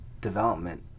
development